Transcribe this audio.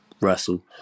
Russell